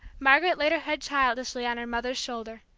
margaret laid her head childishly on her mother's shoulder.